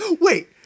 wait